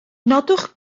nodwch